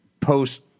post